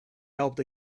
helped